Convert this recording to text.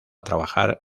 trabajar